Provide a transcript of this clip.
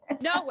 No